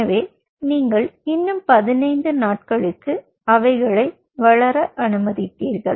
எனவே நீங்கள் இன்னும் பதினைந்து நாட்களுக்கு அவைகளை வளர அனுமதித்தீர்கள்